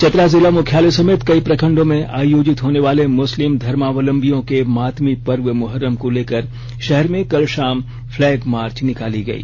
चतरा जिला मुख्यालय समेत कई प्रखंडों में आयोजित होने वाले मुस्लिम धर्मावलंबियों के मातमी पर्व मोहर्रम को लेकर शहर में कल शाम फ्लैग मार्च निकाली गई